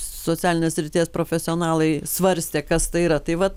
socialinės srities profesionalai svarstė kas tai yra tai vat